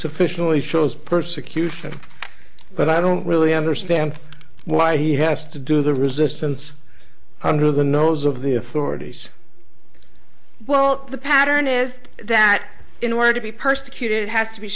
sufficiently shows persecution but i don't really understand why he has to do the resistance under the nose of the authorities well the pattern is that in order to be persecuted it has to be